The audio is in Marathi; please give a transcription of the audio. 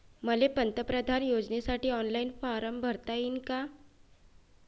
मले पंतप्रधान योजनेसाठी ऑनलाईन फारम भरता येईन का?